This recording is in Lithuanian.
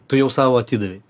tu jau savo atidavei